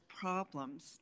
problems